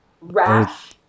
rash